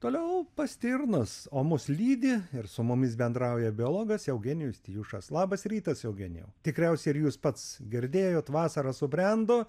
toliau pas stirnas o mus lydi ir su mumis bendrauja biologas eugenijus tijušas labas rytas eugenijau tikriausiai ir jūs pats girdėjot vasara subrendo